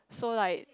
so like